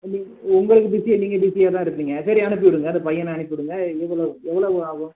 உங்கள் உங்களுக்கு பிஸி நீங்கள் பிஸியாகதான் இருப்பீங்க சரி அனுப்பி விடுங்க அந்த பையனை அனுப்பி விடுங்க எவ்வளோ எவ்வளோவு ஆகும்